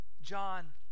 John